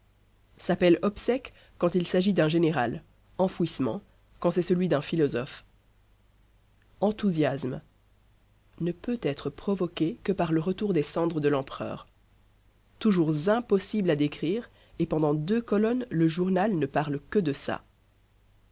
s'appelle obsèques quand il s'agit d'un général enfouissement quand c'est celui d'un philosophe enthousiasme ne peut être provoqué que par le retour des cendres de l'empereur toujours impossible à décrire et pendant deux colonnes le journal ne parle que de ça